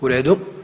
U redu.